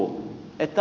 onko näin